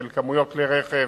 של כמויות כלי רכב,